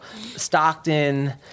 Stockton